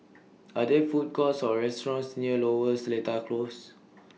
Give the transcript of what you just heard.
Are There Food Courts Or restaurants near Lower Seletar Close